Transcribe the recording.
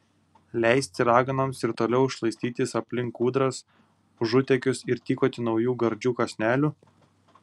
leisti raganoms ir toliau šlaistytis aplink kūdras užutėkius ir tykoti naujų gardžių kąsnelių